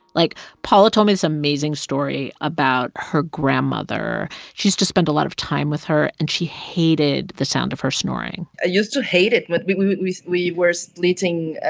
like, paola told me this amazing story about her grandmother. she used to spend a lot of time with her, and she hated the sound of her snoring i used to hate it. but when we we were sleeping.